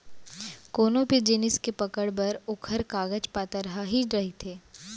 कोनो भी जिनिस के पकड़ बर ओखर कागज पातर ह ही रहिथे